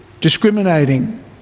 discriminating